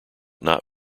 not